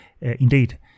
indeed